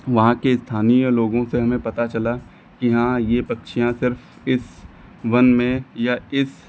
वहाँ के स्थानीय लोगों से हमें पता चला कि हाँ यह पक्षियाँ सिर्फ इस वन में या इस